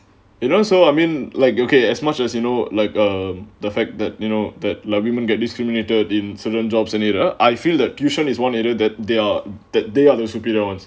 it also I mean like okay as much as you know like um the fact that you know that like women get discriminated in certain jobs and you know I feel that tuition is one area that they're that they are their superior ones